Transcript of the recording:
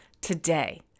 today